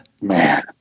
Man